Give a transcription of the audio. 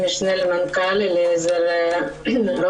אצל המשנה למנכ"ל רוזנבאום.